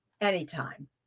anytime